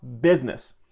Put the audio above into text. business